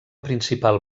principal